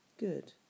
good